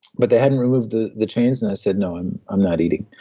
but they hadn't removed the the chains and i said, no, i'm i'm not eating.